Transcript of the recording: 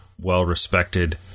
well-respected